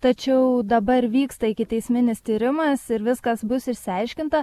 tačiau dabar vyksta ikiteisminis tyrimas ir viskas bus išsiaiškinta